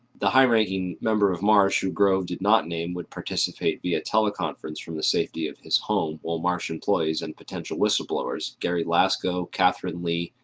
the high ranking member of marsh who grove did not name would participate via teleconference from the safety of his home, while marsh employees and potential whistle-blowers gary lasko, kathryn lee,